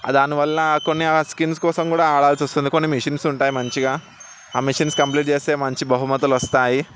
దానివల్ల కొన్ని ఆ స్కిన్స్ కోసం కూడా ఆడాల్సి వస్తుంది కొన్ని మిషన్స్ ఉంటాయి మంచిగా ఆ మిషన్స్ మనం కంప్లీట్ చేస్తే మంచి బాహుమతులు వస్తాయి